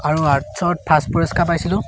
আৰু আৰ্টছত ফাৰ্ষ্ট পুৰস্কাৰ পাইছিলোঁ